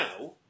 now